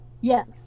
yes